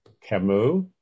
Camus